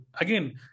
again